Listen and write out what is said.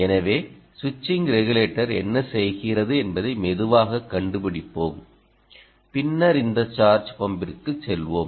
எனவே ஸ்விட்சிங் ரெகுலேட்டர் என்ன செய்கிறது என்பதை மெதுவாகக் கண்டுபிடிப்போம் பின்னர் இந்த சார்ஜ் பம்பிற்குச் செல்வோம்